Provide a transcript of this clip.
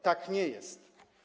Tak nie jest.